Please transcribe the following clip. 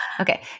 Okay